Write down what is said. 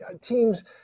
teams